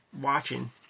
watching